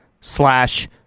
slash